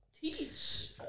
Teach